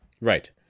Right